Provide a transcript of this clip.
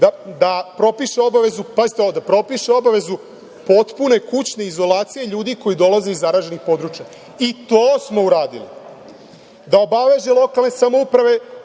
da propiše obavezu potpune kućne izolacije ljudi koji dolaze iz zaraženih područja, i to smo uradili, da obaveže lokalne samouprave